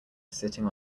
sitting